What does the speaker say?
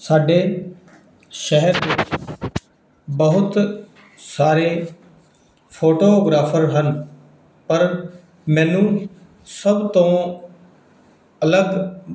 ਸਾਡੇ ਸ਼ਹਿਰ ਦੇ ਬਹੁਤ ਸਾਰੇ ਫੋਟੋ ਗਰਾਫਰ ਹਨ ਪਰ ਮੈਨੂੰ ਸਭ ਤੋਂ ਅਲਗ